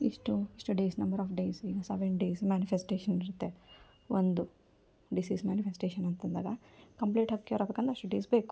ಇಷ್ಟು ಇಷ್ಟು days number of days ಈಗ ಸವೆನ್ ಡೇಸ್ ಮ್ಯಾನಿಫೆಸ್ಟೇಶನ್ ಇರುತ್ತೆ ಒಂದು ಡಿಸೀಸ್ ಮ್ಯಾನಿಫೆಸ್ಟೇಶನ್ ಅಂತಂದಾಗ ಕಂಪ್ಲೀಟಾಗಿ ಕ್ಯೂರ್ ಆಗ್ಬೇಕಂದ್ರ್ ಅಷ್ಟು ಡೇಸ್ ಬೇಕು